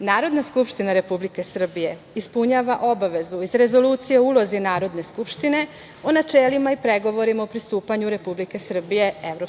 Narodna skupština Republike Srbije ispunjava obavezu iz Rezolucije o ulozi Narodne skupštine o načelima i pregovorima u pristupanju Republike Srbije EU,